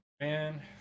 Man